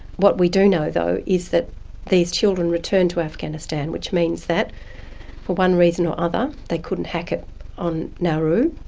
what we do know though is that these children returned to afghanistan which means that for one reason or another, they couldn't hack it on nauru,